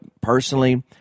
personally